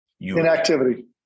Inactivity